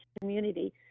community